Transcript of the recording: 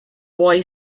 boy